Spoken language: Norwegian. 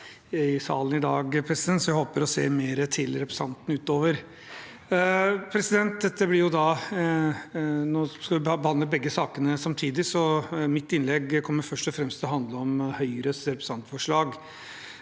igjen i salen i dag, så jeg håper å se mer til representanten utover. Vi behandler begge sakene samtidig, så mitt innlegg kommer først og fremst til å handle om Høyres representantforslag.